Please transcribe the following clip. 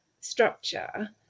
structure